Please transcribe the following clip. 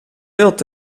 wild